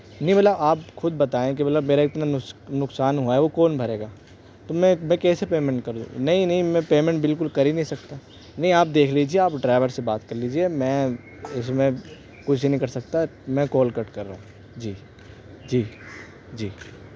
نہیں مطلب آپ خود بتائیں کہ مطلب میرا اتنا نقصان ہوا ہے وہ کون بھرے گا تو میں میں کیسے پیمنٹ کروں نہیں نہیں میں پیمنٹ بالکل کر ہی نہیں سکتا نہیں آپ دیکھ لیجیے آپ ڈرائیور سے بات کر لیجیے میں اس میں کچھ نہیں کر سکتا میں کال کٹ کر رہا ہوں جی جی جی